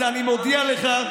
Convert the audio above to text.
אז אני מודיע לך,